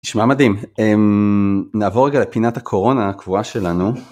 נשמע מדהים. אהם, נעבור רגע לפינת הקורונה הקבועה שלנו...